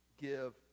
give